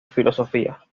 filosofía